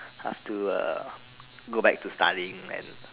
have to uh go back to studying and